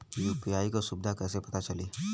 UPI क सुविधा कैसे पता चली?